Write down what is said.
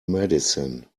medicine